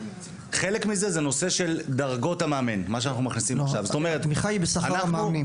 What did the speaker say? חלק ממה שאנחנו מכניסים עכשיו הוא הנושא של דרגות המאמן.